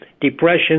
depression